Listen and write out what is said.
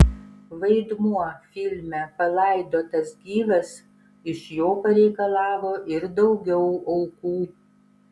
vaidmuo filme palaidotas gyvas iš jo pareikalavo ir daugiau aukų